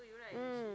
mm